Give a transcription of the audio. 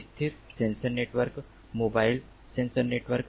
स्थिर sensor network mobile sensor network